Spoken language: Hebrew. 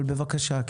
אבל בבקשה.